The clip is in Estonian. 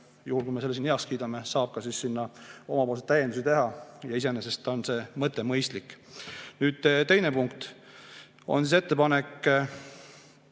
juhul, kui me selle siin heaks kiidame, saab sinna oma täiendusi teha. Iseenesest on see mõte mõistlik. Nüüd, teine punkt on ettepanek